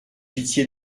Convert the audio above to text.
pitié